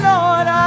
Lord